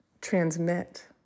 transmit